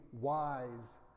wise